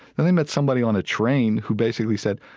then they met somebody on a train who basically said,